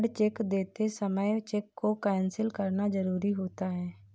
blank cheque देते समय cheque को कैंसिल करना जरुरी होता है